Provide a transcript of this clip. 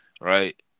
Right